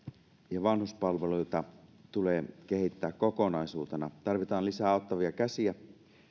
ja vanhuspalveluita tulee kehittää kokonaisuutena tarvitaan lisää auttavia käsiä